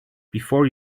before